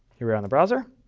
here we are in the browser.